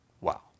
Wow